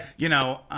you know,